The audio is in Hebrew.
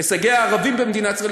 הישגי הערבים במדינת ישראל,